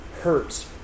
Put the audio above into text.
hurts